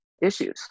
issues